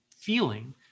feeling